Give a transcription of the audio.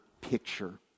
picture